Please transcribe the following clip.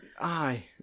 aye